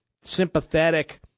sympathetic